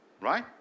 Right